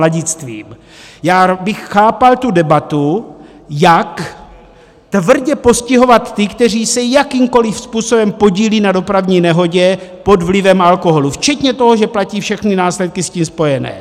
Já bych chápal tu debatu, jak tvrdě postihovat ty, kteří se jakýmkoliv způsobem podílejí na dopravní nehodě pod vlivem alkoholu včetně toho, že platí všechny následky s tím spojené.